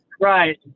Right